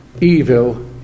evil